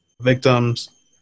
victims